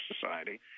Society